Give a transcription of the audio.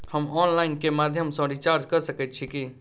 हम ऑनलाइन केँ माध्यम सँ रिचार्ज कऽ सकैत छी की?